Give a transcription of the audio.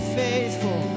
faithful